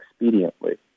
expediently